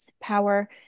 power